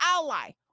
ally